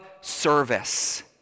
service